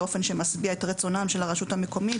באופן שמשביע את רצונם של הרשות המקומית